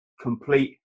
complete